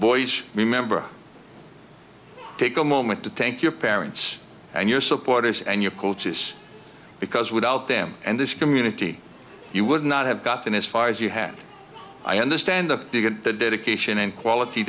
boys remember take a moment to thank your parents and your supporters and your coaches because without them and this community you would not have gotten as far as you had i understand that you get the dedication and quality